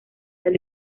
del